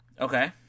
Okay